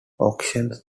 auctions